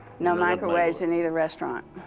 no microwaves in either restaurant.